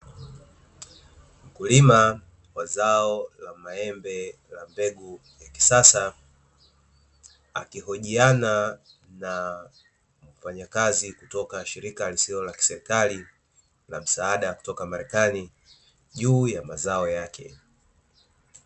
Mkulima wa zao la maembe la mbegu ya kisasa, akihojiana na mfanyakazi kutoka shirika lisilo la kiserikali la msaada kutoka Marekani juu ya mazao yake.